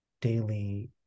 daily